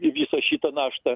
viso šito naštą